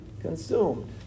consumed